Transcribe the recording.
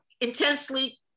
Intensely